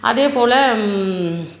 அதேப்போல்